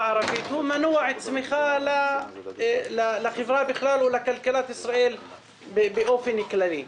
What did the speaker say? הערבית הוא מנוע צמיחה לחברה בכלל ולכלכלת ישראל באופן כללי.